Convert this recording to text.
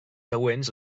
següents